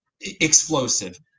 explosive